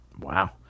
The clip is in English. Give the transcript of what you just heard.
Wow